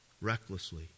Recklessly